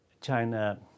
China